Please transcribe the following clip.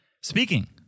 Speaking